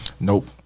nope